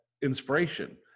inspiration